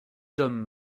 d’homme